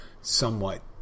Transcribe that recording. somewhat